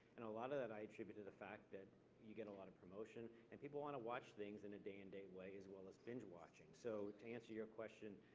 and a lot of that i attribute to the fact that you get a lot of promotion, and people want to watch things in a day and date way as well as binge watching. so to answer your question,